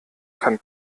kann